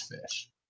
Fish